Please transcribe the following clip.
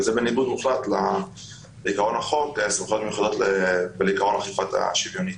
וזה בניגוד מוחלט לעיקרון חוק סמכויות מיוחדות ועקרון האכיפה השוויונית.